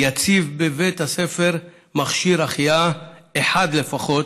יציב בבית הספר מכשיר החייאה אחד לפחות